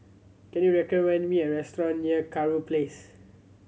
can you recommend me a restaurant near Kurau Place